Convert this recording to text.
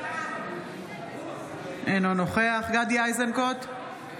אינו נוכח גדי איזנקוט,